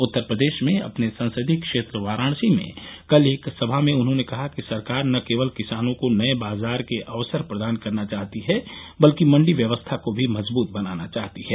उत्तर प्रदेश में अपने संसदीय क्षेत्र वाराणसी में कल एक सभा में उन्होंने कहा कि सरकार न केवल किसानों को नए बाजार के अवसर प्रदान करना चाहती है बल्कि मंडी व्यवस्था को भी मजबूत बनाना चाहती है